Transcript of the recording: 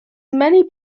many